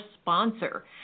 sponsor